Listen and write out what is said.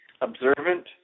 observant